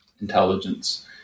intelligence